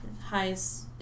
Highest